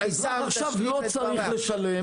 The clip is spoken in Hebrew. האזרח עכשיו לא צריך לשלם,